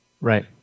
Right